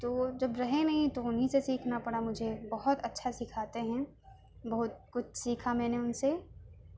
تو جب رہے نہیں تو انہیں سے سیکھنا پڑا مجھے بہت اچھا سکھاتے ہیں بہت کچھ سیکھا میں نے ان سے